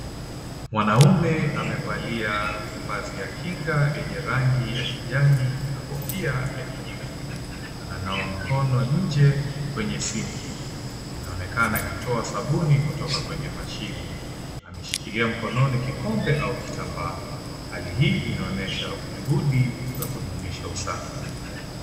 Mwanaume amevalia vazi ya kinga yenye rangi ya kijani na kofia ya kijivu. Ananawa mikono nje kwenye sink . Inaonekana akitoa sabuni kutoka kwenye mashine. Ameshikilia mkononi kikombe au kitambaa. Hali hii inaonyesha juhudi za kudumisha usafi.